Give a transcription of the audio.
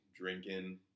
Drinking